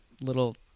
little